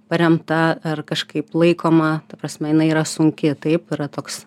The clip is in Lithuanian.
paremta ar kažkaip laikoma ta prasme jinai yra sunki taip yra toks